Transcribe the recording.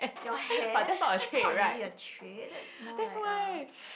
your hand that's not really a trait that's more like a